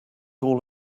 all